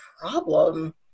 problem